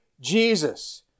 Jesus